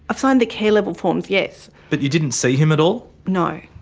i've signed the care level forms, yes. but you didn't see him at all? no.